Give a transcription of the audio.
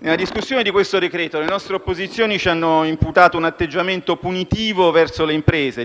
Nella discussione di questo decreto-legge le nostre opposizioni ci hanno imputato diverse volte un atteggiamento punitivo verso le imprese,